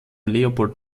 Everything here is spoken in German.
leopold